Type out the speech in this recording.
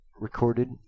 recorded